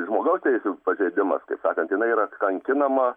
žmogaus teisių pažeidimas kaip sakant jinai yra kankinama